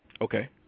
okay